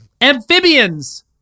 Amphibians